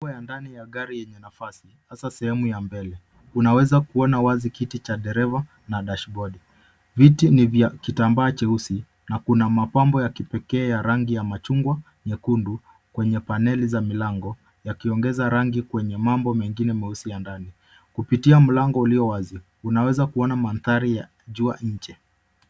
Sehemu kubwa ya ndani ya gari yenye nafasi, hasa sehemu ya mbele. Unaweza kuona wazi kiti cha dereva na dashibodi. Viti ni vya kitambaa cheusi na kuna mapambo ya kipekee ya rangi ya machungwa nyekundu kwenye paneli za milango, yakiongeza rangi kwenye mambo mengine meusi ya ndani. Kupitia mlango ulio wazi, unaweza kuona mandhari ya jua nje.